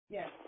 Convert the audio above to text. Yes